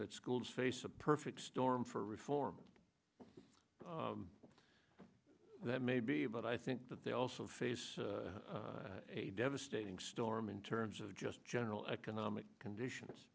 that schools face a perfect storm for reform that may be but i think that they also face a devastating storm in terms of just general economic conditions